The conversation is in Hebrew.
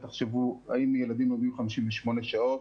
תחשבו האם ילדים לומדים 58 שעות.